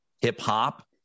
hip-hop